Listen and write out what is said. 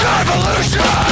revolution